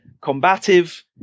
combative